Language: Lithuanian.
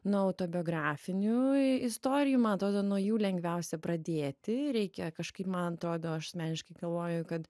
nuo autobiografinių i istorijų man atrodo nuo jų lengviausia pradėti reikia kažkaip man atrodo aš asmeniškai galvoju kad